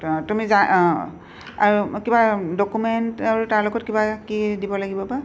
অঁ তুমি জানা অঁ আৰু কিবা ডকুমেণ্ট আৰু তাৰ লগত কিবা কি দিব লাগিব বা